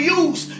use